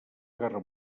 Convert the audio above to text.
guerra